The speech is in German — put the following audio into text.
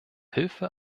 hilfe